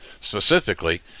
specifically